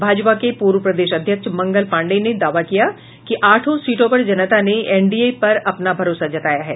भाजपा के पूर्व प्रदेश अध्यक्ष मंगल पाण्डेय ने दावा किया कि आठों सीटों पर जनता ने एनडीए पर अपना भरोसा जताया है